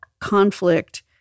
conflict